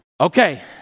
Okay